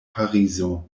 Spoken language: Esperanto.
parizo